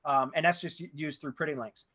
and that's just us through pretty links.